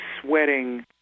sweating